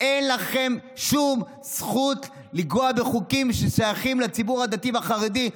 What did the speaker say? אין לכם שום זכות לגעת בחוקים ששייכים לציבור הדתי והחרדי,